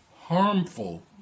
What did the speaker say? harmful